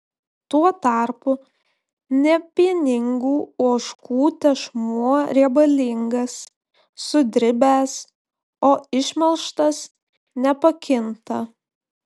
tuo tarpu nepieningų ožkų tešmuo riebalingas sudribęs o išmelžtas nepakinta